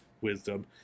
wisdom